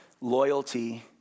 Loyalty